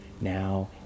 now